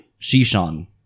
shishan